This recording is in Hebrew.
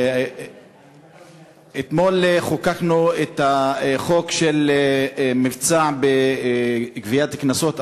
אתמול חוקקנו את החוק של מבצע גביית קנסות,